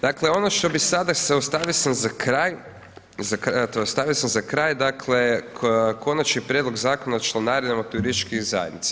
Dakle, ono što bi sada se, ostavio sam za kraj tj. ostavio sam za kraj, dakle, Konačni prijedlog Zakona o članarinama turističkih zajednica.